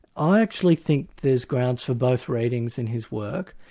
i actually think there're grounds for both ratings in his work,